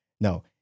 no